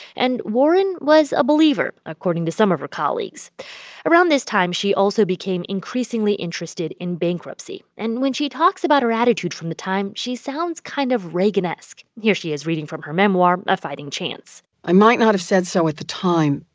and warren was a believer according to some of her colleagues around this time, she also became increasingly interested in bankruptcy. and when she talks about her attitude from the time, she sounds kind of reaganesque. here she is reading from her memoir, a fighting chance. i might not have said so at the time,